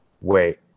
wait